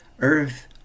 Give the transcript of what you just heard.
earth